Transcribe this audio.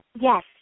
Yes